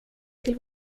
till